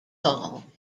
hall